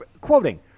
quoting